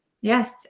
Yes